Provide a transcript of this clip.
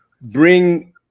bring